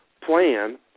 plan